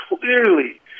clearly